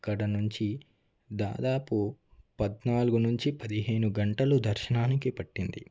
అక్కడ నుంచి దాదాపు పద్నాలుగు నుంచి పదిహేను గంటలు దర్శనానికి పట్టింది